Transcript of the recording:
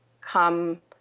come